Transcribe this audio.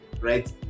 right